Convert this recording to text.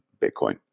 Bitcoin